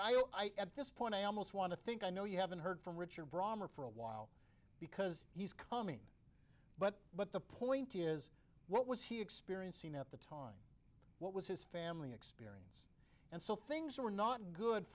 and i at this point i almost want to think i know you haven't heard from richard brommer for a while because he's coming but but the point is what was he experiencing at the time what was his family expect and so things were not good